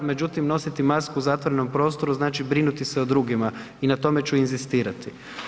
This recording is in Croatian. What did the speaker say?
Međutim, nositi masku u zatvorenom prostoru znači brinuti se o drugima i na tome ću inzistirati.